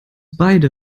beide